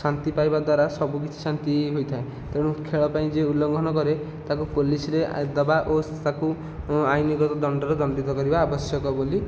ଶାନ୍ତି ପାଇବାଦ୍ୱାରା ସବୁକିଛି ଶାନ୍ତି ହୋଇଥାଏ ତେଣୁ ଖେଳପାଇଁ ଯେ ଉଲଘଂନ କରେ ତାକୁ ପୋଲିସରେ ଦେବା ଓ ତାକୁ ଆଇନଗତ ଦଣ୍ଡରେ ଦଣ୍ଡିତ କରିବା ଆବଶ୍ୟକ ବୋଲି